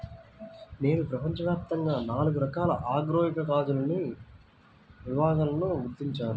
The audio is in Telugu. నేడు ప్రపంచవ్యాప్తంగా నాలుగు రకాల ఆగ్రోఇకాలజీని విభాగాలను గుర్తించారు